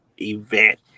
event